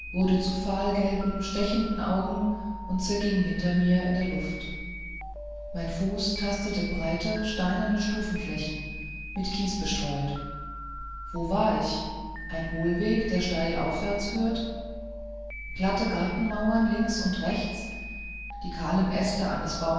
wurde zum fahlgelben stechenden auge und zerging hinter mir in der luft mein fuß tastete breite steinerne stufenflächen mit kies bestreut wo war ich ein hohlweg der steil aufwärts führt glatte gartenmauern links und rechts die kahlen äste eines